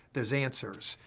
there's answers,